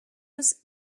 was